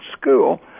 school